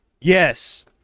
Yes